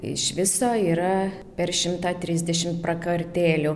iš viso yra per šimtą trisdešim prakartėlių